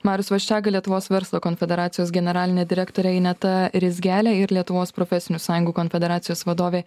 marius vaščega lietuvos verslo konfederacijos generalinė direktorė ineta rizgelė ir lietuvos profesinių sąjungų konfederacijos vadovė